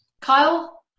Kyle